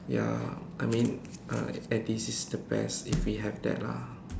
ya I mean uh and this is the best if we have that lah